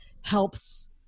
helps